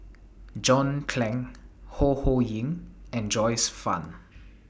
John Clang Ho Ho Ying and Joyce fan